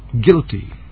guilty